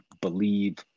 believe